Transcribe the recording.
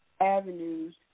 avenues